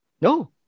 no